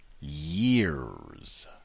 years